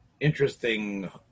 interesting